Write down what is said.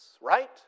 Right